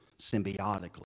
symbiotically